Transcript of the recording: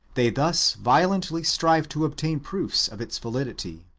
they thus violently strive to obtain proofs of its validity.